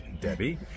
Debbie